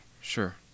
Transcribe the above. Sure